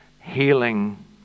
healing